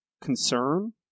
concern